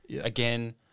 again